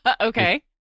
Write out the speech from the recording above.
Okay